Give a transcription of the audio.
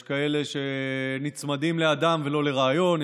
יש כאלה שנצמדים לאדם ולא לרעיון,